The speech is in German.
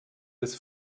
des